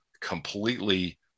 completely